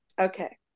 okay